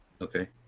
okay